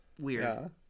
weird